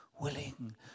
willing